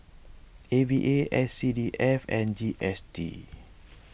A V A S C D F and G S T